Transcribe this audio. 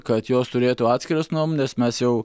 kad jos turėtų atskiras nuomones mes jau